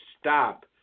stop